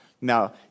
Now